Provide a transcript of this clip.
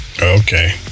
okay